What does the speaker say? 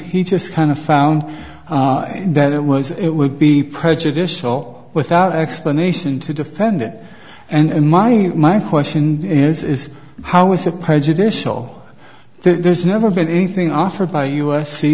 he just kind of found that it was it would be prejudicial without explanation to defend it and my and my question is is how is it prejudicial there's never been anything offered by u